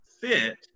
fit